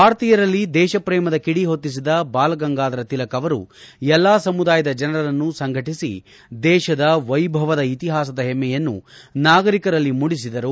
ಭಾರತೀಯರಲ್ಲಿ ದೇಶ ಪ್ರೇಮದ ಕಿಡಿ ಹೊತ್ತಿಸಿದ ಬಾಲಗಂಗಾಧರ ತಿಲಕ್ರವರು ಎಲ್ಲಾ ಸಮುದಾಯದ ಜನರನ್ನು ಸಂಘಟಿಸಿ ದೇತದ ವೈಭವಯುತ ಇತಿಹಾಸದ ಹೆಮ್ಮೆಯನ್ನು ನಾಗರಿಕರಲ್ಲಿ ಮೂಡಿಸಿದರು